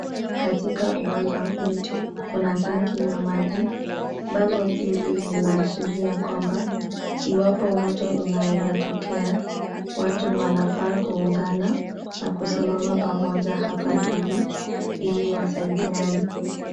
Katika uwanja huu, kuna tanki ya maji. Bango hili linaashiria kwamba iwapo moto inaweza tokea, watu wanafaa kuungana na kusimama pamoja hapa hivi ili wasaidiane.